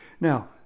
Now